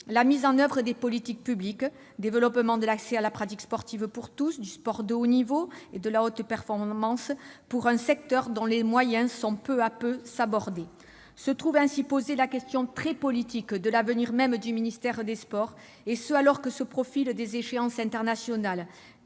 la mise en oeuvre des politiques publiques- il s'agit notamment du développement de l'accès à la pratique sportive pour tous, du sport de haut niveau et de la haute performance -concernant un secteur dont les moyens sont peu à peu sabordés. Se trouve ainsi posée la question très politique de l'avenir même du ministère des sports, et ce alors que se profilent des échéances internationales